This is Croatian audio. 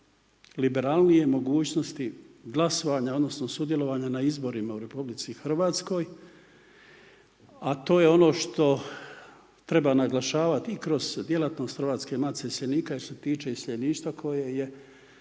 liberalnije mogućnosti glasovanja odnosno sudjelovanja na izborima u Republici Hrvatskoj, a to je ono što treba naglašavati i kroz djelatnost Hrvatske matice iseljenika jer se tiče iseljeništva koje je